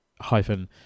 hyphen